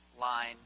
line